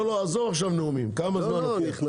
לא, עזוב עכשיו נאומים, כמה זמן?